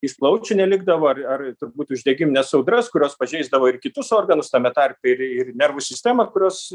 iš plaučių nelikdavo ar ar turbūt uždegimines audras kurios pažeisdavo ir kitus organus tame tarpe ir ir nervų sistemą kurios